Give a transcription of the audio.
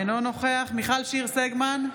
אינו נוכח מיכל שיר סגמן,